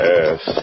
Yes